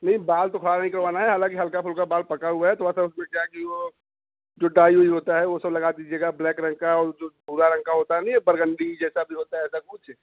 नहीं बाल तो खड़ा नहीं करवाना है हालांकि हल्का फुल्का बाल पका हुआ है थोड़ा सा उसमें क्या है कि वो जो डाई ओई होता है वो सब लगा दीजिएगा ब्लैक रं ग का और जो भूरा रंग का होता नहीं है बरगंडी जैसा भी होता है ऐसा कुछ